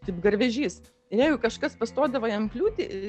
kaip garvežys ir jeigu kažkas pastodavo jam kliūtį